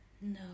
No